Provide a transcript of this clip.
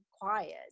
quiet